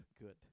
good